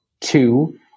two